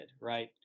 right